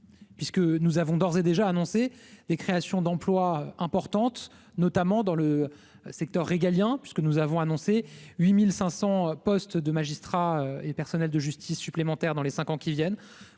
puisque nous avons d'ores et déjà annoncé des créations d'emplois importantes notamment dans le secteur régalien, puisque nous avons annoncé 8500 postes de magistrats et personnels de justice supplémentaires dans les 5 ans qui viennent,